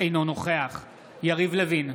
אינו נוכח יריב לוין,